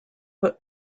put